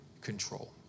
control